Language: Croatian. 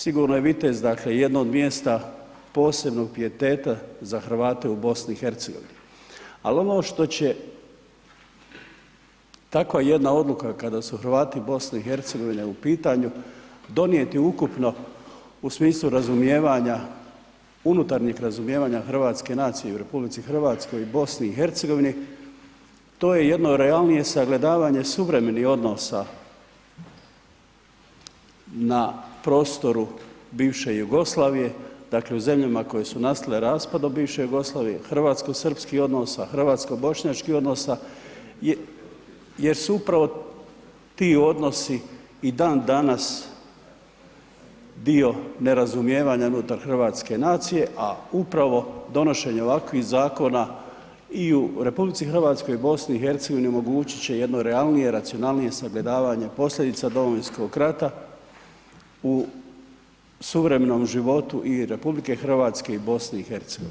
Sigurno je Vitez, dakle jedno od mjesta posebnog pijeteta za Hrvate u BiH, ali ono što će takva jedna odluka, kada su Hrvati BiH u pitanju, donijeti ukupno u smislu razumijevanja unutarnjeg razumijevanja hrvatske nacije u RH i BiH, to je jedno realnije sagledavanje suvremenih odnosa na prostoru bivše Jugoslavije, dakle u zemljama koje su nastale raspadom bivše Jugoslavije, hrvatsko-srpskih odnosa, hrvatsko-bošnjačkih odnosa jer su upravo ti odnosi i dan danas dio nerazumijevanja unutar hrvatske nacije, a upravo donošenje ovakvih zakona i u RH i BiH omogućit će jedno realnije, racionalnije sagledavanje posljedica Domovinskog rata u suvremenom životu i RH i BiH.